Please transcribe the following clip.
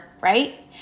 right